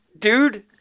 Dude